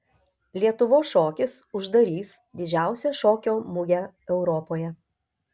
lietuvos šokis uždarys didžiausią šokio mugę europoje